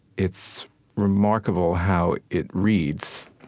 it's remarkable how it reads